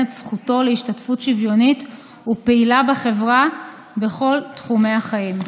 את זכותו להשתתפות שוויונית ופעילה בחברה בכל תחומי החיים.